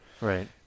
right